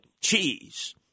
cheese